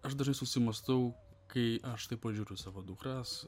aš dažnai susimąstau kai aš taip pažiūriu į savo dukras